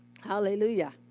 Hallelujah